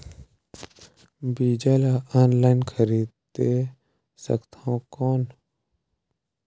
बीजा ला ऑनलाइन खरीदे सकथव कौन?